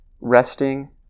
resting